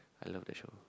I love that show